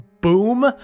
boom